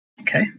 Okay